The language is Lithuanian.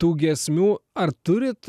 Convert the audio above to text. tų giesmių ar turit